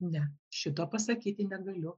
ne šito pasakyti negaliu